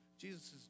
Jesus